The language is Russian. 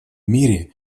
мире